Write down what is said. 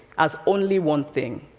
as only one thing,